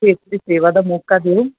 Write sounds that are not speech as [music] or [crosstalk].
[unintelligible] ਸੇਵਾ ਦਾ ਮੌਕਾ ਦਿਓ